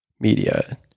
media